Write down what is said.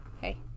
Hey